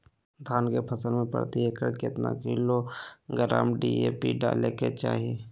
धान के फसल में प्रति एकड़ कितना किलोग्राम डी.ए.पी डाले के चाहिए?